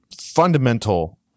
fundamental